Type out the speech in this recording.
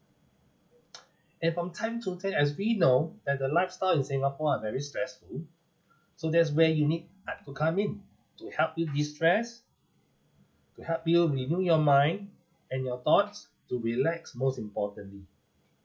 and from time to time as we know that the lifestyle in singapore are very stressful so that's where you need art to come in to help you destress to help you renew your mind and your thoughts to relax most importantly